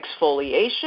exfoliation